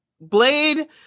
Blade